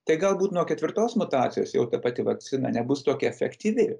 tai galbūt nuo ketvirtos mutacijos jau ta pati vakcina nebus tokia efektyvi